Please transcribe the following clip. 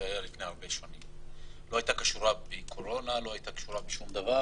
זה היה לפני הרבה שנים והיא לא הייתה קשורה בקורונה ולא בשום דבר